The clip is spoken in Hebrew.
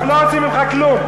אנחנו לא רוצים ממך כלום,